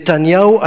נתניהו?